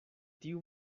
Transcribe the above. tiu